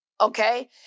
Okay